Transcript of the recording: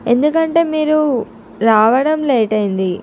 ఎందుకంటే మీరు రావడం లెట్ అయ్యింది